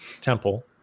temple